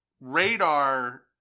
Radar